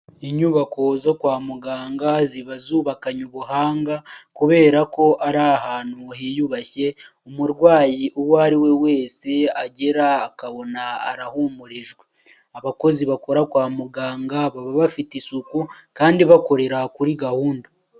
Inyubako zo kwa muganga ziba zubakanye ubuhanga kubera ko ari ahantu hiyubashye umurwayi uwo ariwe wese agera akabona arahumurijwe .Abakozi bakora kwa muganga baba bafite isuku kandi bakorera kuri gahunda.